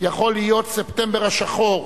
יכול להיות ספטמבר השחור,